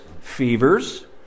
fevers